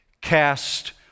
Cast